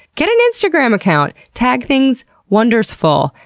get an instagram account! tag things wonders-ful.